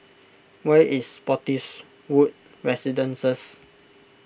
where is Spottiswoode Residences